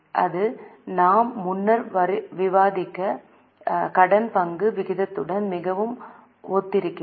இது நாம் முன்னர் விவாதித்த கடன் பங்கு விகிதத்துடன் மிகவும் ஒத்திருக்கிறது